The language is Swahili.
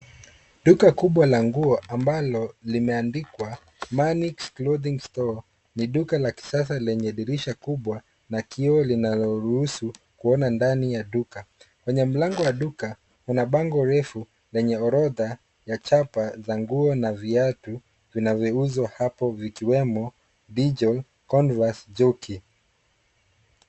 Duka kubwa la nguo ambalo limeandikwa manix clothing store ni duka la kisasa lenye dirisha kubwa na kioo linaloruhusu kuona ndani ya duka. Kwenye mlango wa duka kuna bango refu lenye orodha ya chapa za nguo na viatu vinavyouzwa hapo vikiwemo dijo, convas, jockey.